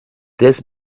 this